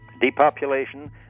Depopulation